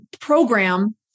program